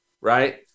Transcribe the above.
right